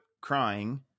crying